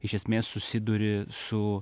iš esmės susiduri su